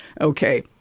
Okay